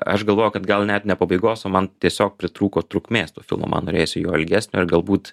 aš galvoju kad gal net ne pabaigos o man tiesiog pritrūko trukmės to filmo man norėjosi jo ilgesnio ir galbūt